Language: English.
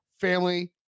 family